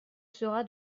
sera